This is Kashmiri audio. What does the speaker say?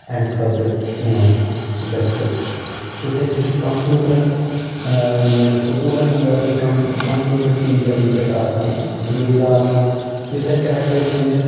امہِ خٲطرٕ یِوان سُپیسفِک یتھٕے کٔنۍ چھُ کمپیوٗٹرن یِمن سکوٗلن انٛدر تہِ کم کمپیوٗٹر ٹیٖچر وُنکیٚس آسان ضروٗری لاگُن یِتھٕے کٔنۍ ہٮ۪کو أسۍ ؤنِتھ